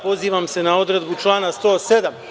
Pozivam se na odredbu člana 107.